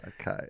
Okay